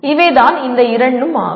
இவை தான் இந்த இரண்டும் ஆகும்